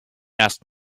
asked